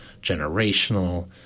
generational